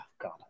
God